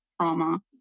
trauma